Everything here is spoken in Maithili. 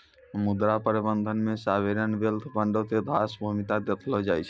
मुद्रा प्रबंधन मे सावरेन वेल्थ फंडो के खास भूमिका देखलो जाय छै